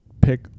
pick